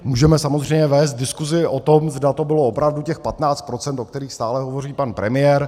Můžeme samozřejmě vést diskuzi o tom, zda to bylo opravdu těch 15 %, o kterých stále hovoří pan premiér.